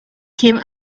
came